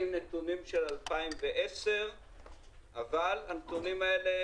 בגרף הזה רואים את הנתונים של 2010 אבל הנתונים האלה